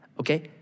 Okay